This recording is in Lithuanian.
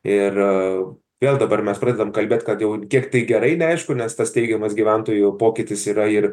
ir vėl dabar mes pradedam kalbėt kad jau kiek tai gerai neaišku nes tas teigiamas gyventojų pokytis yra ir